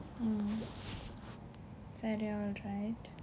mm சரி:sari alright